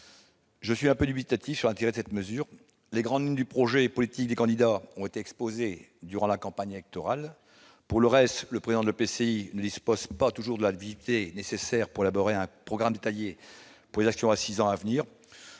Je suis un peu dubitatif quant à l'intérêt de cette mesure. Les grandes lignes du projet politique des candidats auront été exposées durant la campagne électorale ; pour le reste, le président de l'EPCI ne dispose pas toujours de la visibilité nécessaire pour élaborer un programme détaillé des actions à mener